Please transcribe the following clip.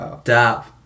stop